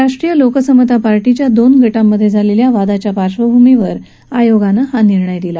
राष्ट्रीय लोकसमता पार्टीच्या दोन गटांमध्ये झालेल्या वादाच्या पार्श्वभूमीवर निवडणूक आयोगानं हा निर्णय दिला